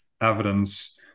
evidence